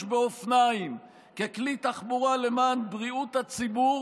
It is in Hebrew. באופניים ככלי תחבורה למען בריאות הציבור,